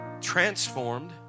transformed